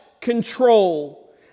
control